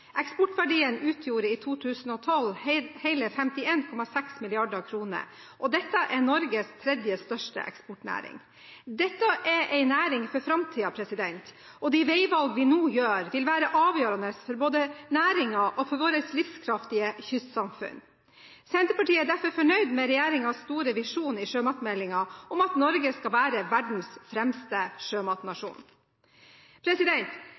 Eksportverdien utgjorde i 2012 hele 51,6 mrd. kr, og dette er Norges tredje største eksportnæring. Dette er en næring for framtiden, og de veivalg vi nå gjør, vil være avgjørende for både næringen og våre livskraftige kystsamfunn. Senterpartiet er derfor fornøyd med regjeringens store visjon i sjømatmeldingen om at Norge skal være verdens fremste